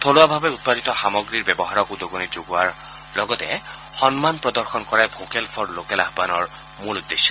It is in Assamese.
থলুৱাভাৱে উৎপাদিত সামগ্ৰীৰ ব্যবহাৰক উদগনি জনোৱাৰ লগতে সন্মান প্ৰদৰ্শন কৰাই ভোকেল ফৰ লোকেল আহানৰ মূল উদ্দেশ্য